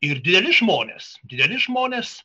ir dideli žmonės dideli žmonės